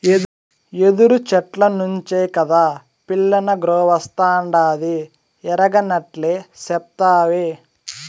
యెదురు చెట్ల నుంచే కాదా పిల్లనగ్రోవస్తాండాది ఎరగనట్లే సెప్తావే